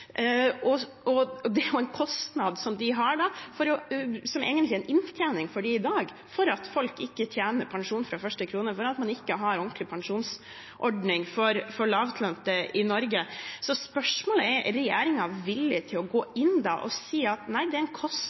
Og det er jo en kostnad som de har, som egentlig er en inntjening for dem i dag, fordi folk ikke tjener pensjon fra første krone fordi man ikke har en ordentlig pensjonsordning for lavtlønte i Norge. Så spørsmålet er: Er regjeringen villig til å gå inn og si at dette er en